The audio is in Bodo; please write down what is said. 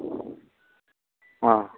अ